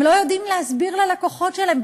הם לא יודעים להסביר ללקוחות שלהם,